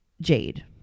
Jade